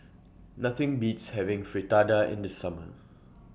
Nothing Beats having Fritada in The Summer